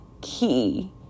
key